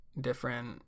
different